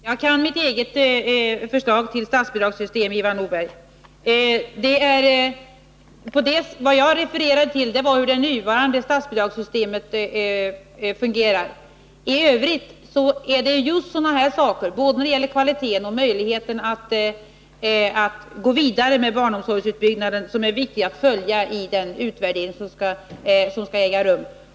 Herr talman! Helt kort: Jag kan mitt eget förslag till statsbidragssystem, Ivar Nordberg. Vad jag refererade till var hur det nuvarande statsbidragssystemet fungerar. Sedan är det just sådant som kvalitet och möjlighet att gå vidare med barnomsorgsutbyggnaden som är viktig att följa i den utvärdering som skall äga rum.